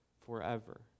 forever